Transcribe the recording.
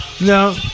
no